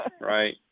Right